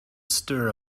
stir